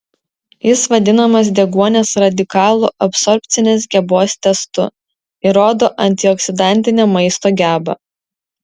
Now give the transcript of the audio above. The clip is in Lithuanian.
jis vadinamas deguonies radikalų absorbcinės gebos testu ir rodo antioksidantinę maisto gebą